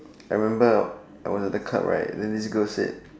I remember I went to the club right then this girl said